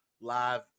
live